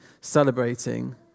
celebrating